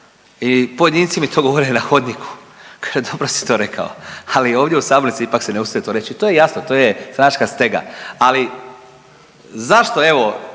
I pojedinci mi to govore na hodniku, kaže dobro si to rekao, ali ovdje u sabornici ipak se ne usude to reći i to je jasno, to je stranačka stega. Ali zašto evo